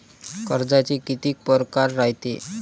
कर्जाचे कितीक परकार रायते?